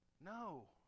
No